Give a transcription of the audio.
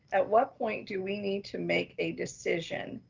at what point do we need to make a decision?